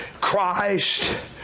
Christ